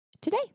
today